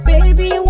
Baby